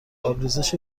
آبریزش